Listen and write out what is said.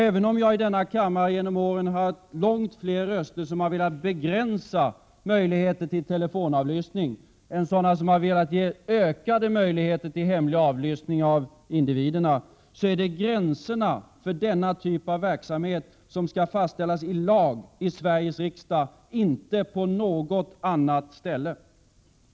Även om jag i denna kammare genom åren har hört långt fler röster från sådana som velat begränsa möjligheterna till telefonavlyssning än från sådana som har velat ge ökade möjligheter till hemlig avlyssning av individer, är det gränserna för denna typ av verksamhet som skall fastställas i lag här i Sveriges riksdag och inte på något annat ställe.